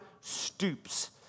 stoops